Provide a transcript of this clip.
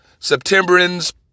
Septemberans